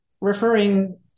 referring